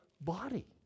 body